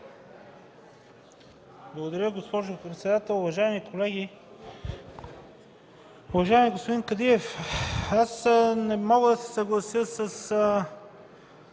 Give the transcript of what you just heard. Благодаря, госпожо председател. Уважаеми колеги! Уважаеми господин Кадиев, аз не мога да се съглася с